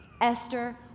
Esther